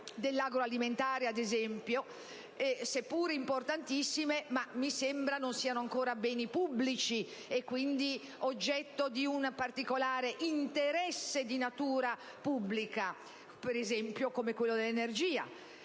dell'agroalimentare, ad esempio - che, seppure importantissime, mi sembra però non siano ancora beni pubblici e, quindi, oggetto di un particolare interesse di natura pubblica, come il comparto dell'energia.